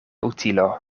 utilo